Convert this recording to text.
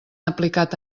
aplicat